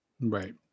Right